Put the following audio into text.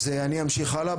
אז אני אמשיך הלאה,